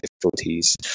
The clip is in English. difficulties